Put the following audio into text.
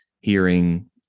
hearing